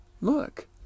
Look